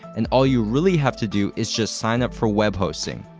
and all you really have to do is just sign up for web hosting,